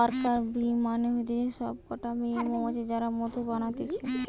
worker bee মানে হতিছে সব কটা মেয়ে মৌমাছি যারা মধু বানাতিছে